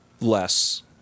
less